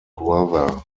brother